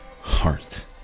heart